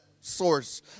source